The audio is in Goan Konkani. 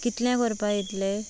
कितल्यांक व्हरपाक येतले